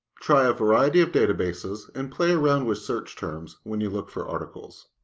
try a variety of databases and play around with search terms when you look for articles.